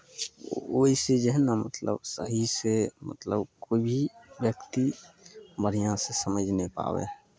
ओहिसँ जे हइ ने मतलब सहीसँ मतलब कोइ भी व्यक्ति बढ़िआँसँ समझि नहि पाबै हइ